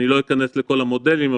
אני לא אכנס לכל המודלים,